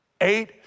Eight